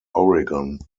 oregon